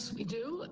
we do.